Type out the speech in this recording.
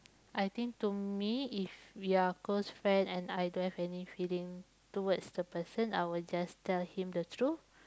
I think to me if we are close friend and I don't have any feeling towards the person I will just tell him the truth